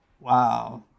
Wow